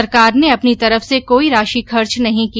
सरकार ने अपनी तरफ से कोई राशि खर्च नहीं की